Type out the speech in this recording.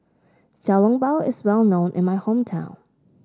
Xiao Long Bao is well known in my hometown